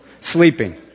sleeping